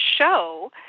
show